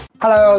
Hello